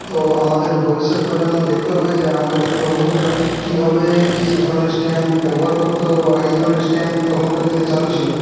তো আমাদের ভবিষ্যৎ প্রজন্ম দেখতে পাবে যে আমাদের পূর্বা পুরুষরা কীভাবে এই ধরনের স্ট্যাম্প ব্যবহার করতো বা এই ধরনের স্ট্যাম্প তখনকার দিনে চালু ছিল